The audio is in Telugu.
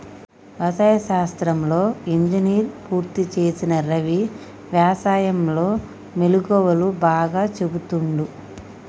వ్యవసాయ శాస్త్రంలో ఇంజనీర్ పూర్తి చేసిన రవి వ్యసాయం లో మెళుకువలు బాగా చెపుతుండు